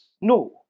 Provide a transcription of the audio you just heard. No